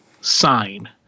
Sign